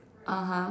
(uh huh)